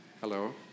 Hello